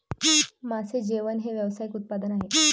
मासे जेवण हे व्यावसायिक उत्पादन आहे